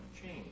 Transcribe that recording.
change